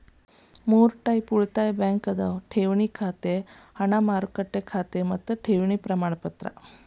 ಮೂರ್ ಟೈಪ್ಸ್ ಉಳಿತಾಯ ಬ್ಯಾಂಕ್ ಅದಾವ ಠೇವಣಿ ಖಾತೆ ಹಣ ಮಾರುಕಟ್ಟೆ ಖಾತೆ ಮತ್ತ ಠೇವಣಿ ಪ್ರಮಾಣಪತ್ರ